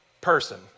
person